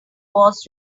was